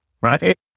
right